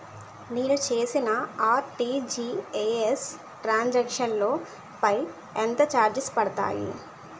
నేను చేసిన RTGS transaction లో పై ఎంత చార్జెస్ పడతాయి?